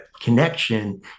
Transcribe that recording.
connection